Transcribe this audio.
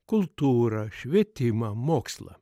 kultūrą švietimą mokslą